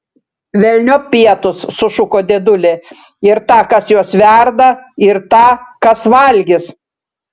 velniop pietus sušuko dėdulė ir tą kas juos verda ir tą kas valgys